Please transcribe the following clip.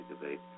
debate